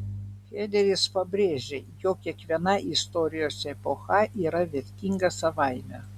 hederis pabrėžė jog kiekviena istorijos epocha yra vertinga savaime